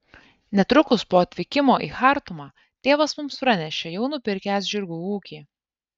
netrukus po atvykimo į chartumą tėvas mums pranešė jau nupirkęs žirgų ūkį